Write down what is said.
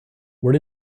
where